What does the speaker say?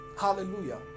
Hallelujah